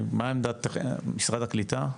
מה עמדת משרד הקליטה?